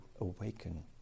awaken